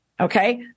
Okay